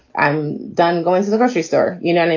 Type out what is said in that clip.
i'm done going to the grocery store. you know, i